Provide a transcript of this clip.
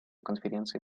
конференции